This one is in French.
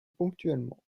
ponctuellement